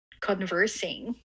conversing